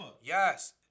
Yes